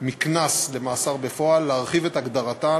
מקנס למאסר בפועל, להרחיב את הגדרתן